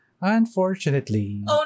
Unfortunately